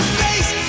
face